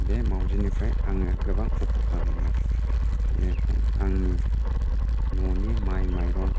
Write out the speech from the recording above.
बे मावजिनिफ्राय आङो गोबां उपकार मोनबाय बेखौ आंनि न'नि माइ माइरं